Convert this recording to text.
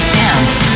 dance